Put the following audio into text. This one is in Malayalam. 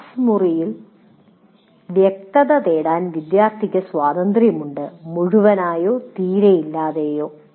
ക്ലാസ് മുറിയിൽ വ്യക്തത തേടാൻ വിദ്യാർത്ഥികൾക്ക് സ്വാതന്ത്ര്യമുണ്ട് മുഴുവനായോ തീരെ ഇല്ലാതെയോ